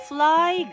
Fly